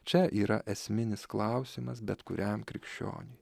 čia yra esminis klausimas bet kuriam krikščioniui